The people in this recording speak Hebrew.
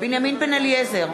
בנימין בן-אליעזר,